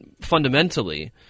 fundamentally